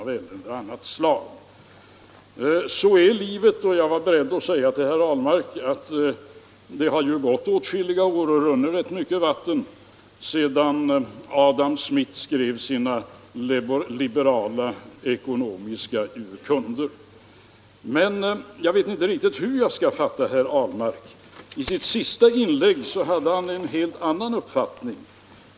Sådant är livet, och jag är beredd att säga till herr Ahlmark att det har gått åtskilliga år och runnit rätt mycket vatten under broarna sedan Adam Smith skrev liberalismens ekonomiska urkunder. Men jag vet inte riktigt hur jag skall fatta herr Ahlmark. I sitt senaste inlägg hade han en helt annan uppfattning.